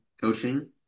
coaching